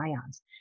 ions